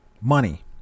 money